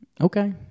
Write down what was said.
Okay